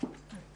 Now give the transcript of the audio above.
הערה אחת.